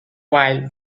while